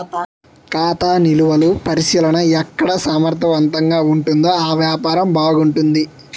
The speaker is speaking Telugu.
ఖాతా నిలువలు పరిశీలన ఎక్కడ సమర్థవంతంగా ఉంటుందో ఆ వ్యాపారం బాగుంటుంది